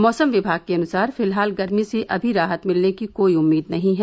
मौसम विभाग के अनुसार फिलहाल गर्मी से अमी राहत मिलने की कोई उम्मीद नहीं है